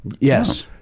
Yes